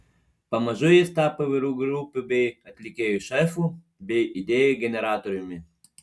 pamažu jis tapo įvairių grupių bei atlikėjų šefu bei idėjų generatoriumi